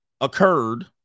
occurred